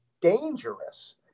dangerous